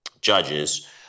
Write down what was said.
judges